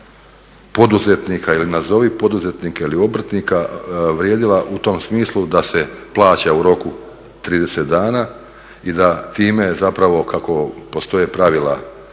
poduzetnika ili nazovi poduzetnika ili obrtnika vrijedila u tom smislu da se plaća u roku 30 dana i da time zapravo kako postoje pravila